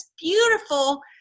beautiful